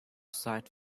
site